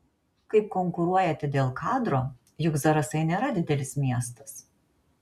kaip konkuruojate dėl kadro juk zarasai nėra didelis miestas